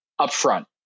upfront